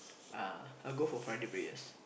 uh I'll go for Friday prayers